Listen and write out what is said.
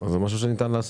אז זה דבר שניתן לעשות.